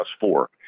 four